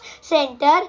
Center